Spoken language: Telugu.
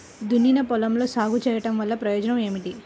దున్నిన పొలంలో సాగు చేయడం వల్ల ప్రయోజనం ఏమిటి?